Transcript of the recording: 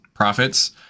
profits